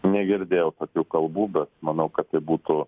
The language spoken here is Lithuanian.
negirdėjau tokių kalbų bet manau kad tai būtų